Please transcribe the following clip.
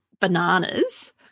bananas